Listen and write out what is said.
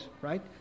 Right